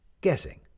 guessing